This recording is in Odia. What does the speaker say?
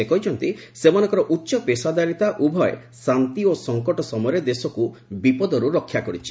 ସେ କହିଛନ୍ତି ସେମାନଙ୍କର ଉଚ୍ଚ ପେଶାଦାରିତା ଉଭୟ ଶାନ୍ତି ଓ ସଙ୍କଟ ସମୟରେ ଦେଶକ୍ତ ବିପଦର୍ ରକ୍ଷା କରିଛି